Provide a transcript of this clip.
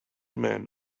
man